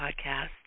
podcast